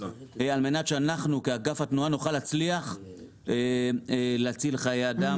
על מנת שאנחנו כאגף התנועה נוכל להצליח להציל חיי אדם.